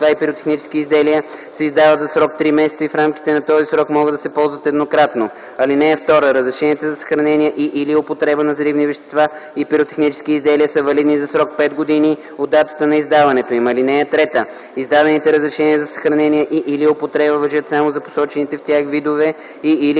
и пиротехнически изделия се издават за срок 3 месеца и в рамките на този срок могат да се ползват еднократно. (2) Разрешенията за съхранение и/или употреба на взривни вещества и пиротехнически изделия са валидни за срок 5 години от датата на издаването им. (3) Издадените разрешения за съхранение и/или употреба важат само за посочените в тях видове и/или